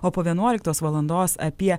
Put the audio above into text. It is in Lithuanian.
o po vienuoliktos valandos apie